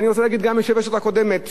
ואני רוצה להגיד: גם היושבת-ראש הקודמת,